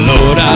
Lord